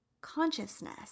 consciousness